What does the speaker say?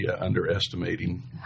underestimating